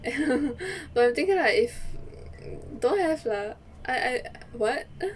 but I'm thinking like if don't have lah I I what